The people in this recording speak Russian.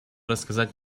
рассказать